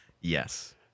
Yes